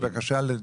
בבקשה.